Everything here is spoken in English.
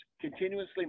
Continuously